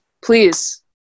Please